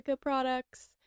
products